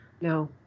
No